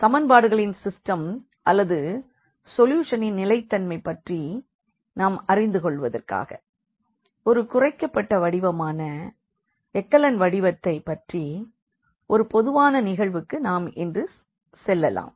சமன்பாடுகளின் சிஸ்டம் அல்லது சொல்யூஷனின் நிலைத்தன்மை பற்றி நாம் அறிந்துகொள்வதற்காக ஒரு குறைக்கப்பட்ட வடிவமான எக்கலன் வடிவத்தைப் பற்றி ஒரு பொதுவான நிகழ்வுக்கு நாம் இன்று செல்லலாம்